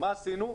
מה עשינו?